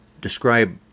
describe